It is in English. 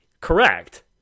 Correct